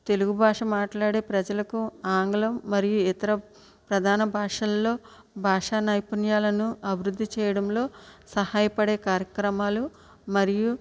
తెలుగు భాష మాట్లాడే ప్రజలకు ఆంగ్లం మరియు ఇతర ప్రధాన భాషలలో భాష నైపుణ్యాలను అభివృద్ధి చేయడంలో సహాయపడే కార్యక్రమాలు మరియు